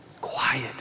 quiet